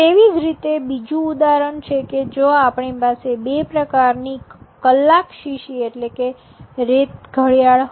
તેવી જ રીતે બીજું ઉદાહરણ છે કે જો આપણી પાસે ૨ પ્રકારની કલાક શીશી રેત ઘડિયાળ છે